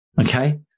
okay